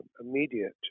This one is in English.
immediate